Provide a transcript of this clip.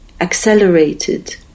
accelerated